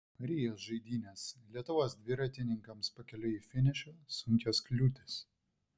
rio žaidynės lietuvos dviratininkams pakeliui į finišą sunkios kliūtys